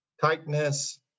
tightness